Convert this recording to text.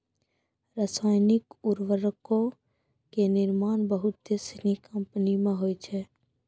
रसायनिक उर्वरको के निर्माण बहुते सिनी कंपनी मे होय छै